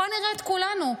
פה נראה את כולנו.